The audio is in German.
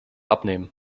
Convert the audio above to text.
abnehmen